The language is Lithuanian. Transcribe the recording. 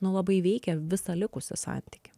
nu labai veikia visą likusį santykį